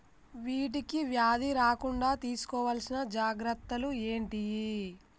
వీటికి వ్యాధి రాకుండా తీసుకోవాల్సిన జాగ్రత్తలు ఏంటియి?